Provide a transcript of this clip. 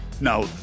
Now